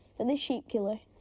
and this sheep killer,